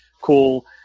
cool